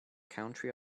country